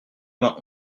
vingt